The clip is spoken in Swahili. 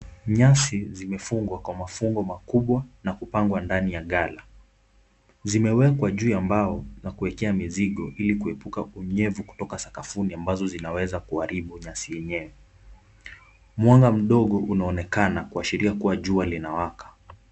Nyasi zimefungwa kwa mafungo makubwa na kupangwa ndani ya gala. Zimewekwa juu ya mbao za kuekea mizigo ili kuepuka unyevu kutoka sakafuni ambazo zinaweza kuharibu nyasi yenyewe. Mwanga mdogo unaonekana kuashiria kuwa jua linawaka.